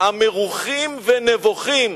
הנבוכים